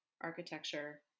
architecture